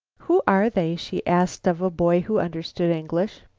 who are they? she asked of a boy who understood english.